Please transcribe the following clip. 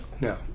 No